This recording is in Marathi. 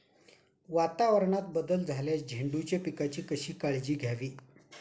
वातावरणात बदल झाल्यास झेंडूच्या पिकाची कशी काळजी घ्यावी?